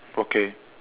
okay